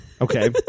Okay